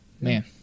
Man